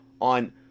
on